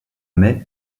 mai